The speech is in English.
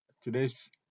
today's